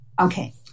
Okay